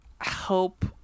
help